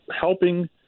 helping